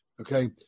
Okay